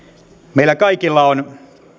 meillä kaikilla on